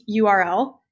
URL